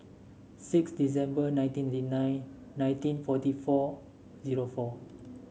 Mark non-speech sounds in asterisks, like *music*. six December nineteen *unintelligible* nine nineteen forty four zero four